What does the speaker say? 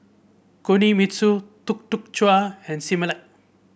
Kinohimitsu Tuk Tuk Cha and Similac